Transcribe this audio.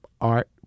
art